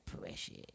precious